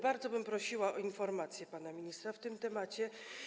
Bardzo bym prosiła o informację pana ministra w tym temacie.